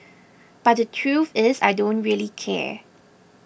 but the truth is I don't really care